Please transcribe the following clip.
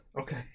okay